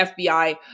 FBI